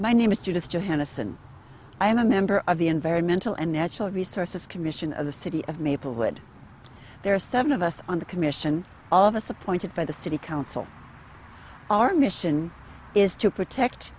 am a member of the environmental and natural resources commission of the city of maplewood there are seven of us on the commission all of us appointed by the city council our mission is to protect